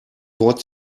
wort